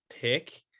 pick